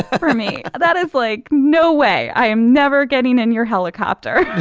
for me that is like no way. i am never getting in your helicopter.